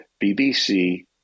BBC